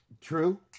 True